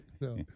No